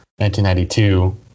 1992